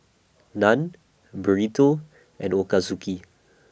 Naan Burrito and Ochazuke